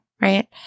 right